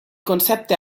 concepte